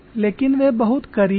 लेकिन वे बहुत करीब हैं